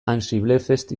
ansiblefest